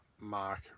Mark